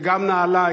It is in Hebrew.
זה גם נעליים,